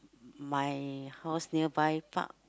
my house nearby park